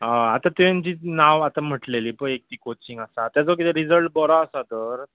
आतां तुवें जी नांव आतां म्हटलेली पय एक ती कॉचिंग आसा ताचो कितें रिजल्ट बरो आसा तर